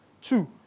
Two